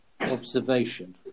observation